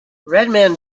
redman